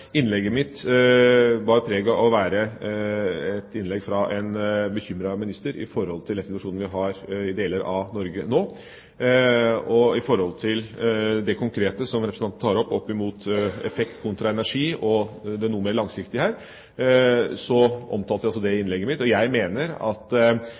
innlegget mitt bar preg av å være et innlegg fra en bekymret minister i forhold til den situasjonen vi har i deler av Norge nå. Når det gjelder det konkrete som representanten tar opp, om effekt kontra energi og det noe mer langsiktige her, omtalte jeg også det i